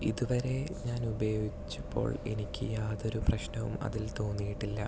ഇതുവരെ ഞാൻ ഉപയോഗിച്ചപ്പോൾ എനിക്ക് യാതൊരു പ്രശ്നവും അതിൽ തോന്നിയിട്ടില്ല